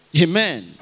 Amen